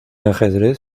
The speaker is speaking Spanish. ajedrez